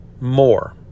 more